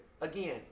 Again